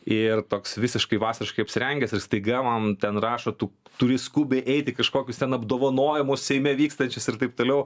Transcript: ir toks visiškai vasariškai apsirengęs ir staiga man ten rašo tu turi skubiai eit į kažkokius ten apdovanojimus seime vykstančius ir taip toliau